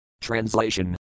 Translation